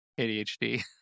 ADHD